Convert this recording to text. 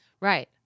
right